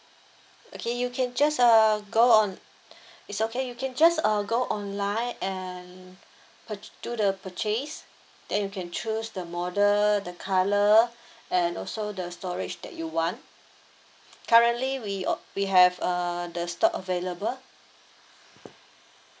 okay you can just uh go on it's okay you can just uh go online and pur~ do the purchase then you can choose the model the colour and also the storage that you want currently we uh we have uh the stock available